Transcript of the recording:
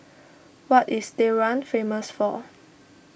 what is Tehran famous for